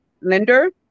lender